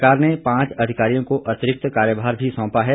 सरकार ने पांच अधिकारियों को अतिरिक्त कार्यभार भी सौंपा है